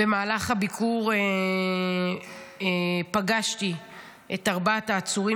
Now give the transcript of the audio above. במהלך הביקור פגשתי את ארבעת העצורים